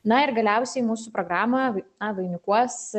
na ir galiausiai mūsų programą a vainikuos